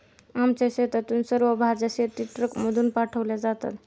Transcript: आमच्या शेतातून सर्व भाज्या शेतीट्रकमधून पाठवल्या जातात